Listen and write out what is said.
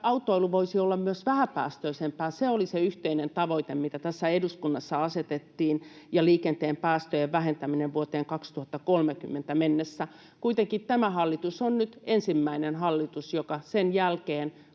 autoilu voisi olla myös vähäpäästöisempää, oli se yhteinen tavoite, mitä tässä eduskunnassa asetettiin, ja liikenteen päästöjen vähentäminen vuoteen 2030 mennessä. Kuitenkin tämä hallitus on nyt ensimmäinen hallitus, joka sen jälkeen